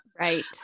Right